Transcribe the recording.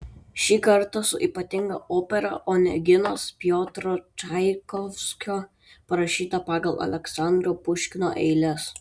šį kartą su ypatinga opera oneginas piotro čaikovskio parašyta pagal aleksandro puškino eiles